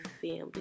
family